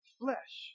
flesh